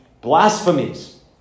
blasphemies